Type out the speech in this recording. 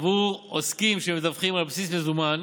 עבור עוסקים שמדווחים על בסיס מזומן